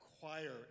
choir